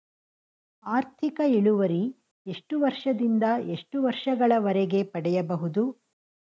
ಆರ್ಥಿಕ ಇಳುವರಿ ಎಷ್ಟು ವರ್ಷ ದಿಂದ ಎಷ್ಟು ವರ್ಷ ಗಳವರೆಗೆ ಪಡೆಯಬಹುದು?